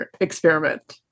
experiment